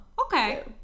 okay